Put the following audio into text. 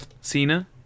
Cena